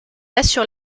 assure